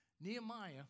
Nehemiah